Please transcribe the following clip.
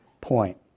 point